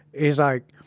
it's like,